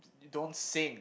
don't sing